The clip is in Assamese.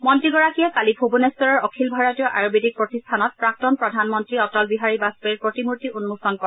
মন্ত্ৰীগৰাকীয়ে কালি ভূবনেখৰৰ অখিল ভাৰতীয় আয়ুৰবেদিক প্ৰতিষ্ঠানত প্ৰাক্তন প্ৰধানমন্ত্ৰী অটল বিহাৰী বাজপেয়ীৰ প্ৰতিমূৰ্তি উন্মোচন কৰে